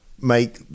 make